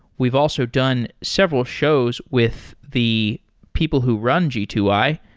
we've also done several shows with the people who run g two i,